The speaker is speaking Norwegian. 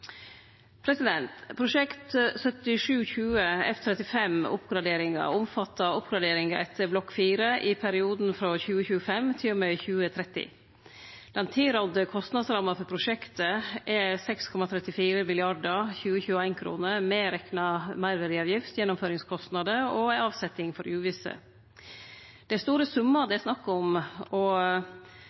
Noreg. Prosjekt 7720 F-35 omfattar oppgraderingar etter block 4 i perioden 2025 til og med 2030. Den tilrådde kostnadsramma for prosjektet er på 6,34 mrd. 2021-kroner medrekna meirverdiavgift, gjennomføringskostnader og ei avsetning for uvisse. Det er store summar det er snakk om, og